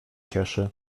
cieszy